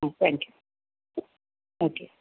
thank you okay